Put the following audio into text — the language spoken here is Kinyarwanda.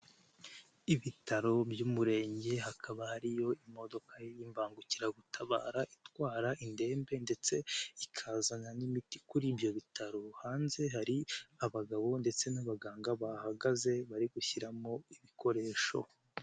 Ibitaro by'umurenge, hakaba hariyo imodoka y'imbangukiragutabara itwara indembe ndetse ikazanana n'imiti kuri ibyo bitaro, hanze hari abagabo ndetse n'abaganga bahagaze bari gushyiramo ibikoresho.